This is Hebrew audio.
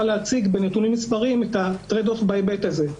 להציג בנתונים מספריים את ה-trade off בהיבט הזה,